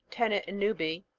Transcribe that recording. tenant in newby,